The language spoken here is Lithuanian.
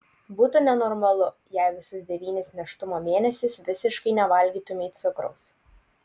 būtų nenormalu jei visus devynis nėštumo mėnesius visiškai nevalgytumei cukraus